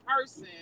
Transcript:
person